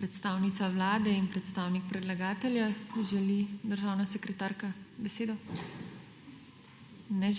predstavnica Vlade in predstavnik predlagatelja. Želi državna sekretarka besedo? (Ne.)